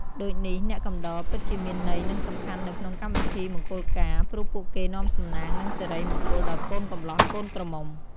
ដូចនេះ អ្នកកំដរពិតជាមានន័យនិងសំខាន់នៅក្នុងកម្មវិធីមង្គលការ ព្រោះពួកគេនាំសំណាង និងសិរីមង្គលដល់កូនកម្លោះកូនក្រមុំ។